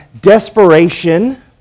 desperation